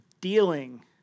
dealing